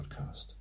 podcast